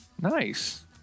nice